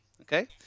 Okay